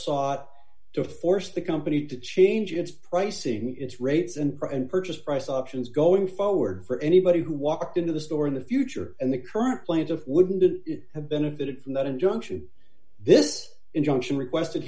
sought to force the company to change its pricing its rates and print purchase price options going forward for anybody who walked into the store in the future and the current plans of wouldn't it have benefited from that injunction this injunction request